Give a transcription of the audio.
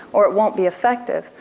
or it won't be effective.